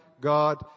God